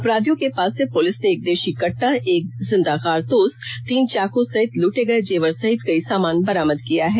अपराधियों के पास से पुलिस ने एक देशी कट्टा एक जिंदा कारतूस तीन चाक सहित लूटे गए जेवर सहित कई सामान बरामद किया है